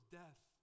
death